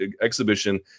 exhibition